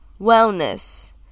wellness